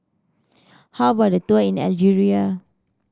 how about a tour in Algeria